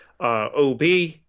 OB